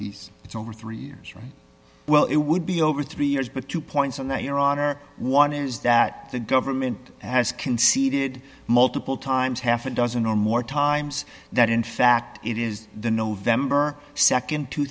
he's it's over three years well it would be over three years but two points on that your honor one is that the government has conceded multiple times half a dozen or more times that in fact it is the november